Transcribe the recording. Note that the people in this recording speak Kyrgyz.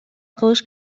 кылыш